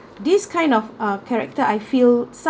this kind of uh character I feel